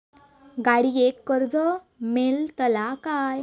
गाडयेक कर्ज मेलतला काय?